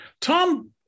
Tom